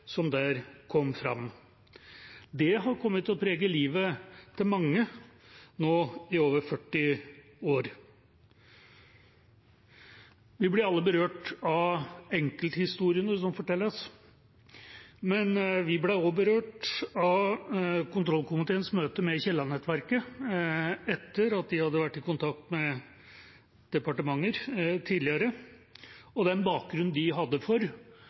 kom fram der. Det har kommet til å prege livet til mange i nå over 40 år. Vi blir alle berørt av enkelthistoriene som fortelles. Vi ble også berørt av kontrollkomiteens møte med Kielland-nettverket etter at de hadde vært i kontakt med departementet tidligere, og den bakgrunnen de hadde for